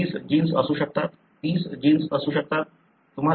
20 genes असू शकतात 30 genes असू शकतात